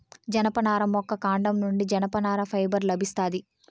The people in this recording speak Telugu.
జనపనార మొక్క కాండం నుండి జనపనార ఫైబర్ లభిస్తాది